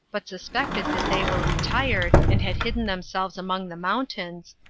but suspected that they were retired, and had hidden themselves among the mountains,